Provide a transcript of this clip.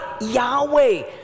Yahweh